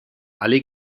alle